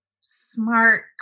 smart